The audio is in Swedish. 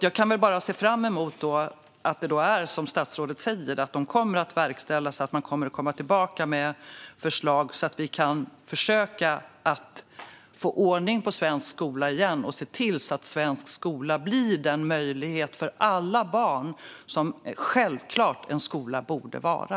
Jag kan bara se fram emot att det är som statsrådet säger, att de kommer att verkställas och att man kommer att komma tillbaka med förslag så att vi kan försöka få ordning på svensk skola igen och se till att svensk skola blir den möjlighet för alla barn som en skola självklart borde vara.